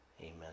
Amen